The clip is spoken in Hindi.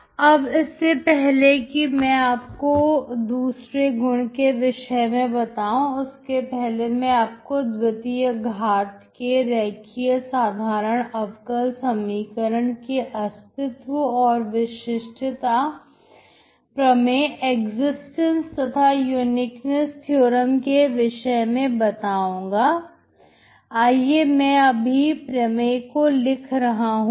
अब इसके पहले कि मैं आपको दूसरे गुण के विषय में बताऊं उसके पहले मैं आपको द्वितीय घाट के रेखीय साधारण अवकल समीकरण के अस्तित्व और विशिष्टता प्रमेय के विषय में बताऊंगा आइए मैं अभी प्रमेय को लिख रहा हूं